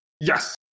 Yes